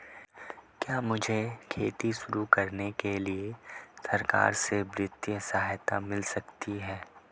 क्या मुझे खेती शुरू करने के लिए सरकार से वित्तीय सहायता मिल सकती है?